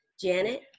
Janet